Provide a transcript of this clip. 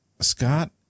Scott